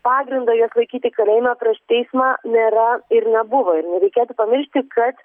pagrindo juos laikyti kalėjime prieš teismą nėra ir nebuvo ir nereikėtų pamiršti kad